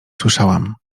słyszałam